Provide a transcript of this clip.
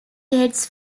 dates